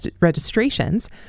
registrations